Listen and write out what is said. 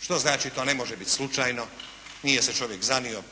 što znači to ne biti slučajno, nije se čovjek zanio